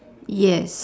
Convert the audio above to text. yes